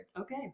Okay